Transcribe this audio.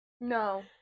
No